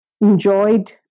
enjoyed